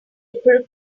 april